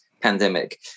pandemic